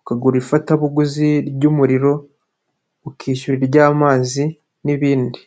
ukagura ifatabuguzi ry'umuriro, ukishyura iry'amazi n'ibindi.